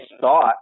thought